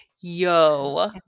Yo